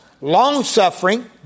long-suffering